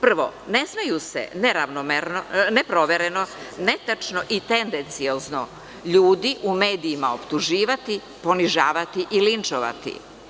Prvo, ne sme se neprovereno, netačno i tendenciozno ljudi u medijima optuživati, ponižavati ili linčovati.